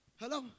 Hello